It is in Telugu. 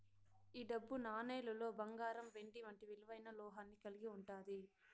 ఈ డబ్బు నాణేలులో బంగారం వెండి వంటి విలువైన లోహాన్ని కలిగి ఉంటాది